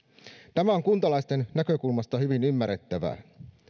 tämä on kuntalaisten näkökulmasta hyvin ymmärrettävää